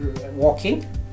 walking